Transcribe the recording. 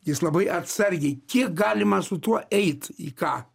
jis labai atsargiai kiek galima su tuo eit į ką